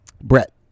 Brett